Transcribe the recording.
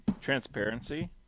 transparency